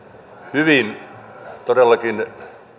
hyvin todellakin